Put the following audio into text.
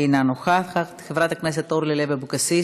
אינה נוכחת, חברת הכנסת אורלי לוי אבקסיס,